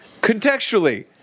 Contextually